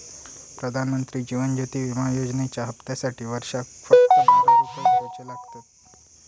प्रधानमंत्री जीवन ज्योति विमा योजनेच्या हप्त्यासाटी वर्षाक फक्त बारा रुपये भरुचे लागतत